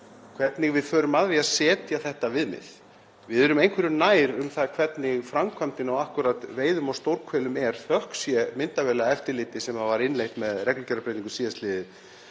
hvernig við förum að því að setja þetta viðmið. Við erum einhverju nær um það hvernig framkvæmdin á veiðum á stórhvelum er, þökk sé myndavélaeftirliti sem var innleitt með reglugerðarbreytingu síðastliðið